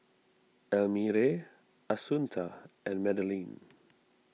Elmire Assunta and Madeleine